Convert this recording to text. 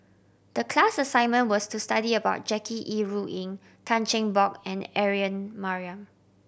the class assignment was to study about Jackie Yi Ru Ying Tan Cheng Bock and Aaron Maniam